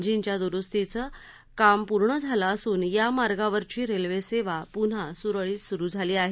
जिनच्या दुरुस्तीचं काम पूर्ण झालं असून यामार्गावरची रेल्वेसेवा पुन्हा सुरळीत सुरु झाली आहे